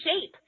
shape